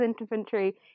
infantry